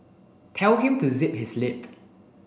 tell him to zip his lip